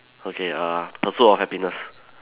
okay uh pursuit of happiness